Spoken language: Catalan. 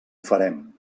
farem